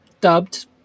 dubbed